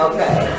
Okay